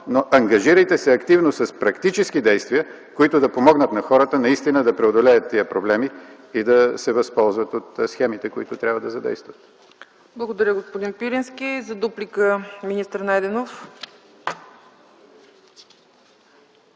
но ангажирайте се активно с практически действия, които да помогнат хората наистина да преодолеят тези проблеми и да се възползват от схемите, които трябва да задействат. ПРЕДСЕДАТЕЛ ЦЕЦКА ЦАЧЕВА: Благодаря, господин Пирински. За дуплика – министър Найденов.